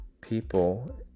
people